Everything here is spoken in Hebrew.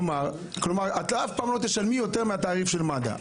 כלומר, את אף פעם לא תשלמי יותר מהתעריף של מד"א.